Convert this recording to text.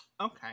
Okay